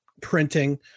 printing